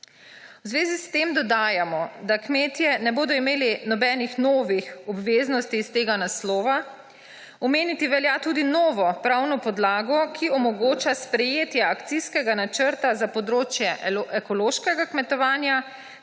V zvezi s tem dodajamo, da kmetje ne bodo imeli nobenih novih obveznosti iz tega naslova. Omeniti velja tudi novo pravno podlago, ki omogoča sprejetje akcijskega načrta za področje ekološkega kmetovanja